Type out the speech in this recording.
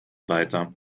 weiter